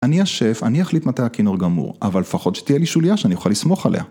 אני השף, אני אחליף מתי הקינור גמור, אבל לפחות שתהיה לי שוליה שאני אוכל לסמוך עליה.